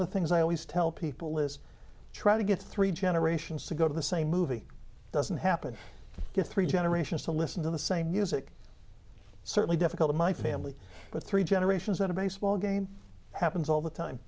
of the things i always tell people is try to get three generations to go to the same movie doesn't happen to three generations to listen to the same music certainly difficult in my family but three generations at a baseball game happens all the time